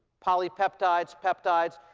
polypeptides, peptides,